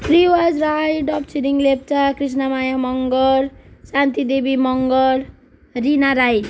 Riwaj Rai Dap Chhiring Lepcha Krishnamaya Magar Shantidevi Magar Reena Rai